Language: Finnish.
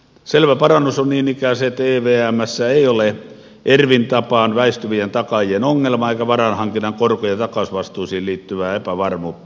selvä parannus on niin ikään se että evmssä ei ole ervvn tapaan väistyvien takaajien ongelmaa eikä varainhankinnan korko ja takausvastuisiin liittyvää epävarmuutta